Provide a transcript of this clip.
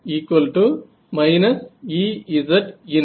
Ezs Ezin